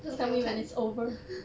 她不要看